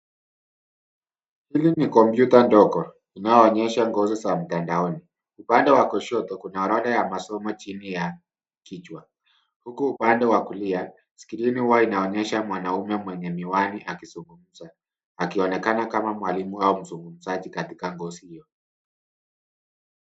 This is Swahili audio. Hili ni kompyuta ndogo inayoonyesha kozi za mtandaoni. Upande wa kushoto kuna alama ya masomo chini ya kichwa, huku upande wa kulia skrini huwa inaonyesha mwanaume mwenye miwani akizungumza akuonekana kama mwalimu au mzungumzaji katika kozi hio.